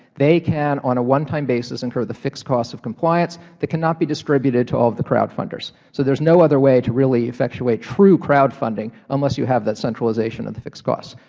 they can on a onetime basis incur the fixed cost of compliance that can not be distributed to all of the crowdfunders. so there is no other way to really effectuate true crowdfunding unless you have that centralization of fixed cost.